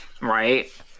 right